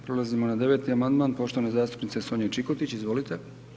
Prelazimo na 9. amandman poštovane zastupnice Sonje Čikotić, izvolite.